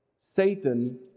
Satan